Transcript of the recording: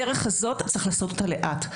אבל צריך לעשות את הדרך הזאת לאט.